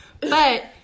But-